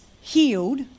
healed